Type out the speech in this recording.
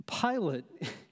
Pilate